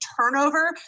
turnover